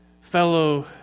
fellow